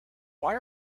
why